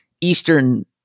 Eastern